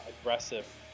aggressive